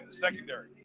secondary